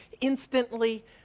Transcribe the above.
Instantly